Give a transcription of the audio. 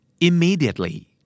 Immediately